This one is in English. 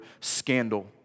scandal